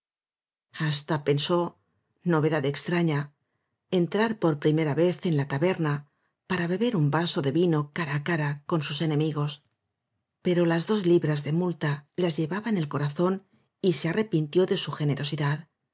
pen só novedad ex traña entrar por primera vez en la taberna para beber m vaso de vino cara á cara con sus enemigos pero las dos libras de multa las llevaba en el corazón y se arrepintió de su